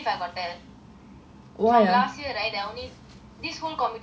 from last year right there are only this whole community only got fifty people this year